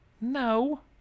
No